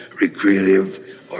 recreative